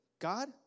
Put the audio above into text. God